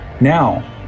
Now